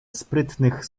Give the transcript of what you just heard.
sprytnych